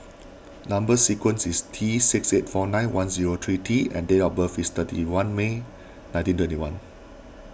Number Sequence is T six eight four nine one zero three T and date of birth is thirty one May nineteen twenty one